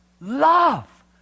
love